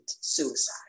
suicide